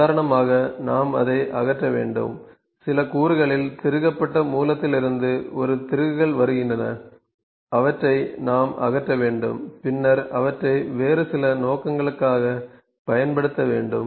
உதாரணமாக நாம் அதை அகற்ற வேண்டும் சில கூறுகளில் திருகப்பட்ட மூலத்திலிருந்து ஒரு திருகுகள் வருகின்றன அவற்றை நாம் அகற்ற வேண்டும் பின்னர் அவற்றை வேறு சில நோக்கங்களுக்காகப் பயன்படுத்த வேண்டும்